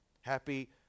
Happy